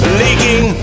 leaking